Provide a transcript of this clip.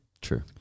True